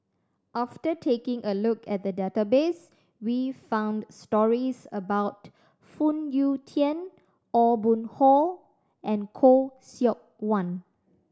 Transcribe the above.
after taking a look at the database we found stories about Phoon Yew Tien Aw Boon Haw and Khoo Seok Wan